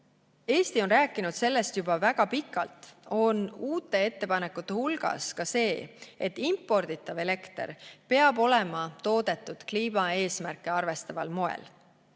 Eesti on rääkinud sellest juba väga pikalt, on uute ettepanekute hulgas ka see, et imporditav elekter peab olema toodetud kliimaeesmärke arvestaval moel.